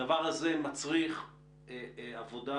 הדבר הזה מצריך עבודה